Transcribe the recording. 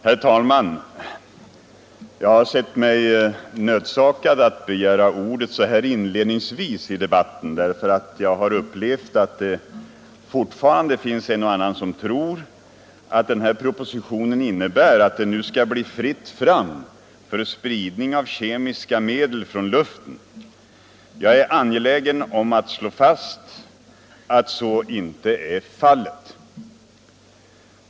Herr talman! Jag har sett mig nödsakad att begära ordet så här inledningsvis i debatten därför att jag har upplevt att det fortfarande finns en och annan som tror att den här propositionen innebär att det nu skall bli fritt fram för spridning av kemiska medel från luften. Jag är angelägen om att slå fast att så inte är fallet.